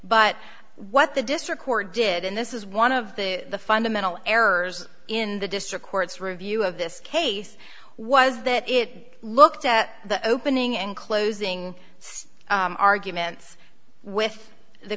but what the district court did and this is one of the fundamental errors in the district court's review of this case was that it looked at the opening and closing still arguments with the